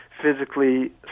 physically